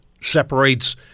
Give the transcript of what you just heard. separates